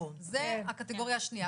זה הקטגוריה השנייה.